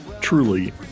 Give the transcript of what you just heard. truly